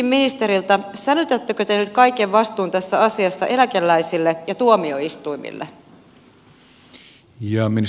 sälytättekö te nyt kaiken vastuun tässä asiassa eläkeläisille ja tuomioistuimille